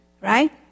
right